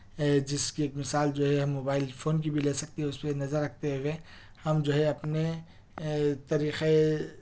جس کی ایک مثال جو ہے ہم موبائل فون کی بھی لے سکتے اس پہ نظر رکھتے ہوئے ہم جو ہے اپنے طریقۂ